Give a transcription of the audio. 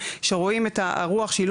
והאם את רואה שיש ירידה?